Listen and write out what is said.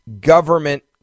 government